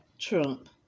Trump